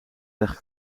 weg